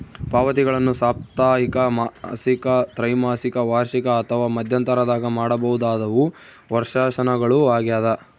ಪಾವತಿಗಳನ್ನು ಸಾಪ್ತಾಹಿಕ ಮಾಸಿಕ ತ್ರೈಮಾಸಿಕ ವಾರ್ಷಿಕ ಅಥವಾ ಮಧ್ಯಂತರದಾಗ ಮಾಡಬಹುದಾದವು ವರ್ಷಾಶನಗಳು ಆಗ್ಯದ